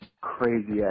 crazy